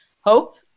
Hope